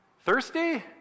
Thirsty